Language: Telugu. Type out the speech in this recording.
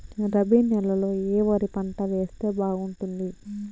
రబి నెలలో ఏ వరి పంట వేస్తే బాగుంటుంది